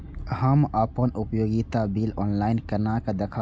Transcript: हम अपन उपयोगिता बिल ऑनलाइन केना देखब?